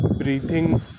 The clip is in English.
Breathing